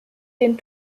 den